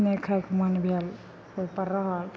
नहि खाइके मन भेल ओइपर रहल